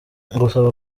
gusaba